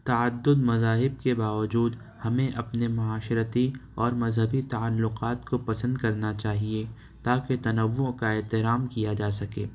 تعدد مذاہب کے با وجود ہمیں اپنے معاشرتی اور مذہبی تعلقات کو پسند کرنا چاہیے تاکہ تنوع کا احترام کیا جا سکے